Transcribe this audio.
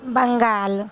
Bengal